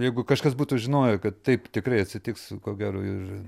jeigu kažkas būtų žinoję kad taip tikrai atsitiks ko gero ir